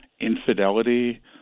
infidelity